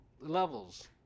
levels